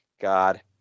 God